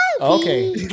okay